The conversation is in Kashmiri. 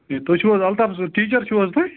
اے تُہۍ چھُو حظ الطاف صٲب ٹیٖچَر چھُو حظ تُہۍ